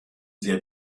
sehr